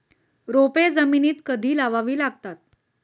रोपे जमिनीत कधी लावावी लागतात?